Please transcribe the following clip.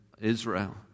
Israel